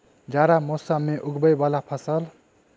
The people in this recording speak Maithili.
जाड़ा मौसम मे उगवय वला फसल?